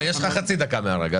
לא, יש לך חצי דקה מהרגע.